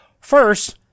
First